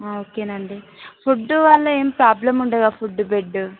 okay అండి food వల్ల ఏమి ప్రాబ్లం ఉంటుందా ఫుడ్ బెడ్